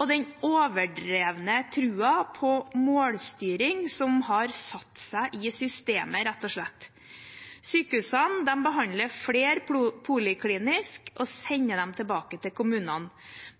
og den overdrevne troen på målstyring, som rett og slett har satt seg i systemet. Sykehusene behandler flere poliklinisk og sender dem tilbake til kommunene.